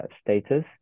status